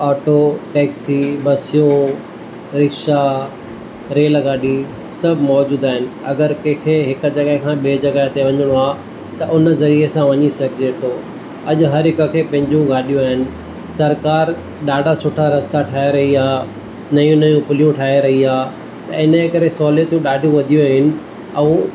auto taxi बसियूं rickshaw रेलगाडी सभु मौज़ूदु आहिनि अगरि कंहिंखे हिक जॻाए खां ॿिए जॻाए ते वञिणो आहे त हुन ज़रिए सां वञी सघिजे थो अॼु हर हिक खे पंहिंजियूं गाॾियूं आहिनि सरकारि ॾाढा सुठा रस्ता ठाहे रही आहे नयूं नयूं फ़ुलियूं ठाहे रही आहे ऐं इनकरे सहूलियतूं ॾाढी वधी वेयूं आहिनि ऐं